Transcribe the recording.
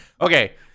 Okay